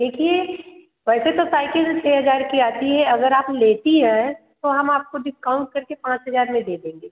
देखिए वैसे तो साइकिल छः हज़ार की आती है अगर आप लेती हैं तो हम आपको डिस्काउंट कर के पाँच हज़ार में दे देंगे